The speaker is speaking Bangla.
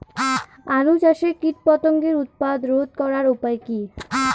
আলু চাষের কীটপতঙ্গের উৎপাত রোধ করার উপায় কী?